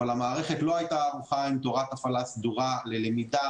אבל המערכת לא הייתה ערוכה עם תורת הפעלה סדורה ללמידה,